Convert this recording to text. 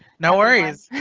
no worries.